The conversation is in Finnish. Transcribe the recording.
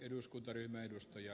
arvoisa puhemies